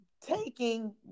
taking